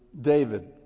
David